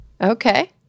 okay